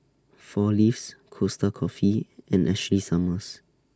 four Leaves Costa Coffee and Ashley Summers